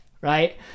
right